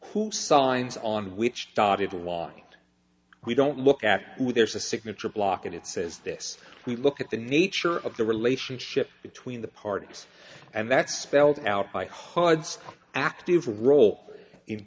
who signs on which dotted along we don't look at there's a signature block and it says this we look at the nature of the relationship between the parties and that's spelled out by hordes active role in